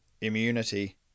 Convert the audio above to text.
Immunity